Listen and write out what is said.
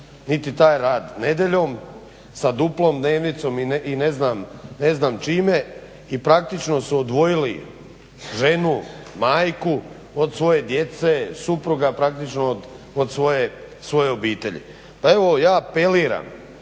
niti taj rad nedjeljom sa duplom dnevnicom i ne znam čime i praktično su odvojili ženu, majku od svoje djece, supruga, praktično od svoje obitelji. Pa evo ja apeliram,